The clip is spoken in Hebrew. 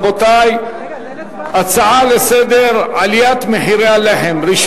רבותי, הצעות לסדר-היום: עליית מחירי הלחם, מס'